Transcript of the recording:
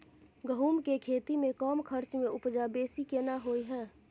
गेहूं के खेती में कम खर्च में उपजा बेसी केना होय है?